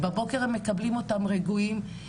בבוקר הם מקבלים אותם רגועים.